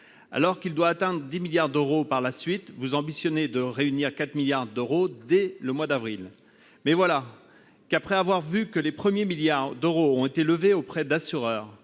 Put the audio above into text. Alors qu'il doit atteindre 10 milliards d'euros, vous ambitionnez de réunir 4 milliards d'euros dès le mois d'avril prochain. Mais voilà que, après avoir constaté que les premiers milliards d'euros ont été levés auprès d'assureurs